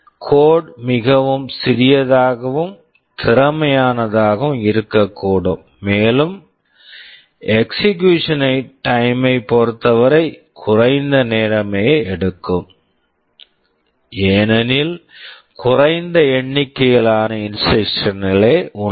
code code மிகவும் சிறியதாகவும் திறமையானதாகவும் இருக்கக்கூடும் மேலும் எக்ஸிகுயூஷன் டைம் execution time ஐப் பொறுத்தவரை குறைந்த நேரமே எடுக்கும் ஏனெனில் குறைந்த எண்ணிக்கையிலான இன்ஸ்ட்ரக்க்ஷன்ஸ் instructions களே உள்ளன